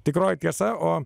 tikroji tiesa o